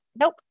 nope